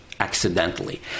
Accidentally